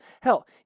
Hell